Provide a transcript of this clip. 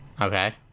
Okay